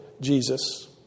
Jesus